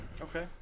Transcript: Okay